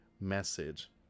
message